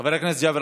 חבר הכנסת ג'אבר